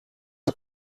his